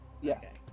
Yes